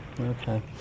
Okay